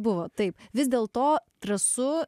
buvo taip vis dėl to trasų